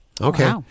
okay